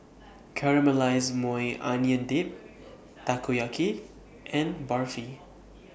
Caramelized Maui Onion Dip Takoyaki and Barfi